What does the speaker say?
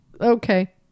Okay